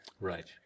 Right